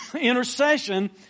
intercession